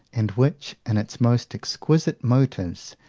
and which, in its most exquisite motives,